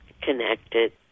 connected